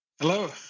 Hello